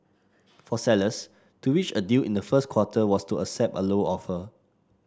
for sellers to reach a deal in the first quarter was to accept a lower offer